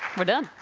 we're done.